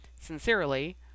Sincerely